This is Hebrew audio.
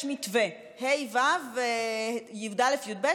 יש מתווה, ה'-ו' וי"א-י"ב.